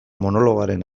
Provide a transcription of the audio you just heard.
monologoaren